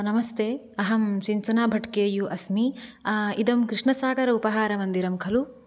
नमस्ते अहं Sinchana Bhat K U अस्मि इदं कृष्णसागर् उपहारमन्दिरं खलु